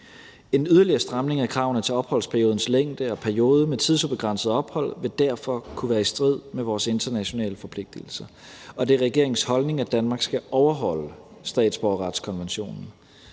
En yderligere stramning af kravene til opholdsperiodens længde og periode med tidsubegrænset ophold vil derfor kunne være i strid med vores internationale forpligtelser, og det er regeringens holdning, at Danmark skal overholde statsborgerretskonventionen.